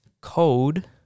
code